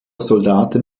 soldaten